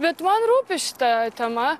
bet man rūpi šita tema